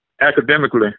academically